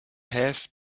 have